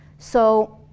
so,